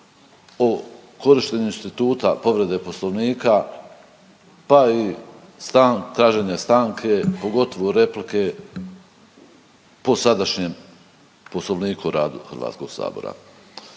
o korištenju instituta povrede Poslovnika, pa i traženja stanke, pogotovo replike po sadašnjem Poslovniku o radu Hrvatskog sabora?